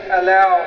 allow